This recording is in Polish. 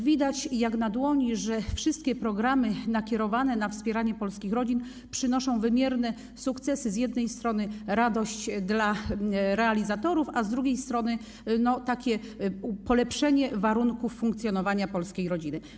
Widać jak na dłoni, że wszystkie programy nakierowane na wspieranie polskich rodzin przynoszą wymierne sukcesy - z jednej strony radość dla realizatorów, a z drugiej strony polepszenie warunków funkcjonowania polskiej rodziny.